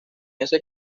ese